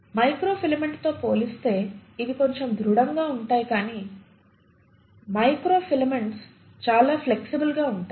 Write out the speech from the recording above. microfilament తో పోలిస్తే ఇవి కొంచెం దృఢంగా ఉంటాయి కానీ మైక్రోఫిలమెంట్స్ చాలా ఫ్లెక్సిబుల్ గా ఉంటాయి